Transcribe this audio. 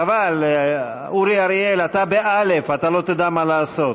חבל, אורי אריאל, אתה באל"ף, אתה לא תדע מה לעשות.